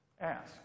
Ask